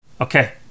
okay